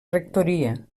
rectoria